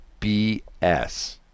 BS